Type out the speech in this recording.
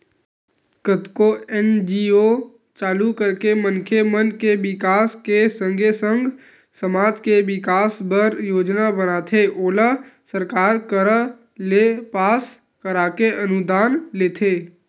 कतको एन.जी.ओ चालू करके मनखे मन के बिकास के संगे संग समाज के बिकास बर योजना बनाथे ओला सरकार करा ले पास कराके अनुदान लेथे